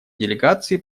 делегации